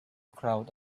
crowd